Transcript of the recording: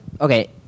okay